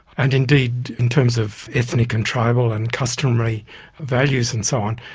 and indeed in terms of ethnic and tribal and customary values and so on,